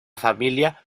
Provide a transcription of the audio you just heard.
familia